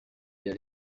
yari